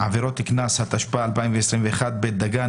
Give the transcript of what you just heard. (עבירות קנס) (תיקון), התשפ"א-2021, בית דגן.